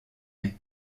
mai